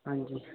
हां जी